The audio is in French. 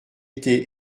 été